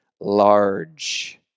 large